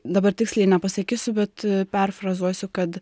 dabar tiksliai nepasakysiu bet perfrazuosiu kad